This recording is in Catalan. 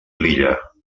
lilla